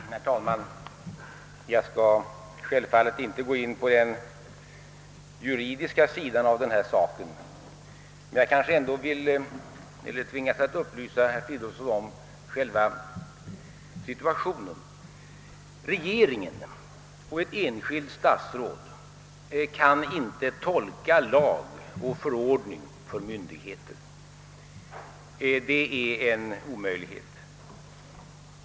Herr talman! Jag skall självfallet inte gå in på den juridiska sidan av saken, men jag kanske tvingas upplysa herr Fridolfsson i Stockholm om själva situationen. Regeringen och ett enskilt statsråd kan inte tolka lag och förordning för myndigheter. Det är en omöjlighet.